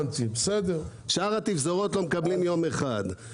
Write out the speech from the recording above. שאר התפזורות לא מקבלות יום אחד.